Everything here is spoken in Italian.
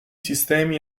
sistemi